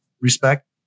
Respect